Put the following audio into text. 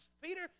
Peter